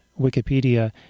Wikipedia